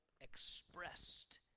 expressed